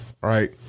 right